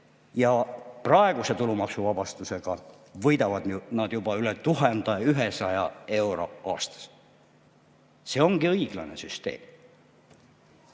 Ja praeguse tulumaksuvabastusega võidavad nad juba üle 1100 euro aastas. See ongi õiglane süsteem.